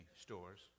Stores